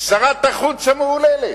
שרת החוץ המהוללת,